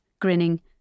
grinning